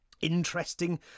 interesting